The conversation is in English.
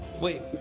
Wait